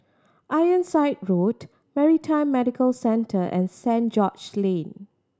Ironside Road Maritime Medical Centre and Saint George Lane